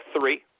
three